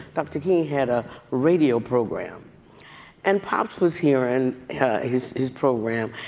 dr. king had a radio program and pops was hearing his his program.